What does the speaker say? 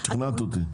אוקיי, שכנעת אותי.